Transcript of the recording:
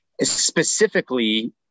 specifically